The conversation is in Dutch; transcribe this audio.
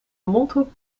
mondhoek